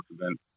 event